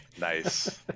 Nice